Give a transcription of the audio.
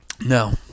no